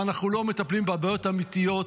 אבל אנחנו לא מטפלים בבעיות האמיתיות,